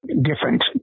different